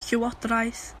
llywodraeth